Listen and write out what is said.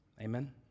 amen